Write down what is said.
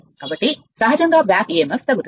కాబట్టి సహజంగా back emf తగ్గుతుంది